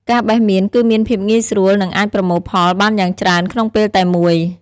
ការបេះមៀនគឺមានភាពងាយស្រួលនិងអាចប្រមូលផលបានយ៉ាងច្រើនក្នុងពេលតែមួយ។